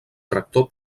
tractor